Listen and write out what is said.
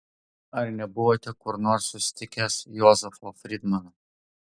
ar nebuvote kur nors susitikęs jozefo frydmano